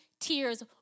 tears